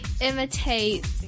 imitate